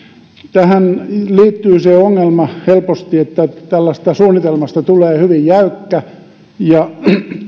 tähän liittyy helposti se ongelma että tällaisesta suunnitelmasta tulee hyvin jäykkä jos